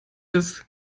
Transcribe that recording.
ist